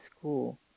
school